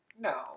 No